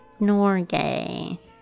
Norgay